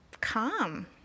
calm